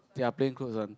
their plain clothes on